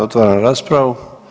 Otvaram raspravu.